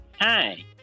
Hi